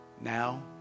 now